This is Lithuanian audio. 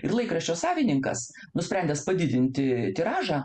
ir laikraščio savininkas nusprendęs padidinti tiražą